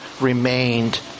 remained